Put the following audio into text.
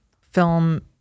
film